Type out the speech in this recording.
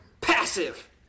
Passive